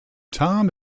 tom